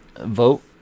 Vote